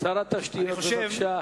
אני חושב,